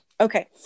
okay